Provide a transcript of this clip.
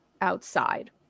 outside